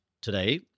today